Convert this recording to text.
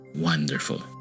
Wonderful